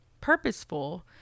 purposeful